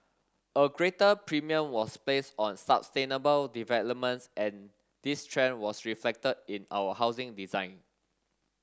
a greater premium was placed on sustainable developments and this trend was reflected in our housing design